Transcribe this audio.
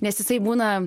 nes jisai būna